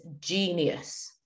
genius